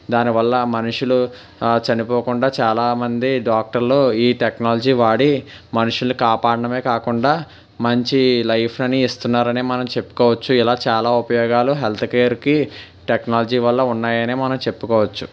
దానివల్ల మనుషులు చనిపోకుండా చాలా మంది డాక్టర్లు ఈ టెక్నాలజీ వాడి మనుషులకు కాపాడటమే కాకుండా మంచి లైఫ్ అన్ని ఇస్తున్నారని మనం చెప్పుకోవచ్చు ఇలా చాలా ఉపయోగాలు హెల్త్ కేర్కి టెక్నాలజీ వల్ల ఉన్నాయని మనం చెప్పుకోవచ్చు